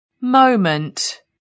Moment